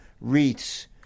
wreaths